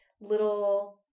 little